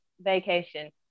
vacation